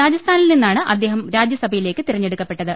രാജസ്ഥാനിൽ നിന്നാണ് അദ്ദേഹം രാജ്യസഭയിലേക്ക് തെരഞ്ഞെടുക്കപ്പെട്ടത്